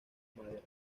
madera